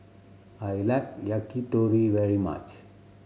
I like Yakitori very much